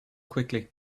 quickly